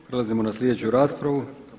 Prelazimo na sljedeću raspravu.